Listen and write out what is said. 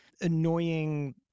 annoying